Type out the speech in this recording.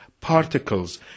particles